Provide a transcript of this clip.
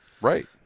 Right